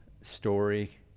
story